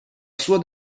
sua